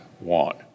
want